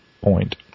point